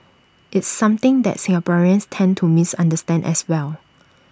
it's something that Singaporeans tend to misunderstand as well